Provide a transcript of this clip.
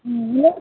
ம்